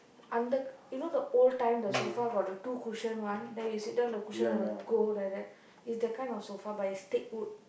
அந்த:andtha you know the old time the sofa got the two cushion one then you sit down the cushion will go like that is that kind of sofa but is teakwood